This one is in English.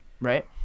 Right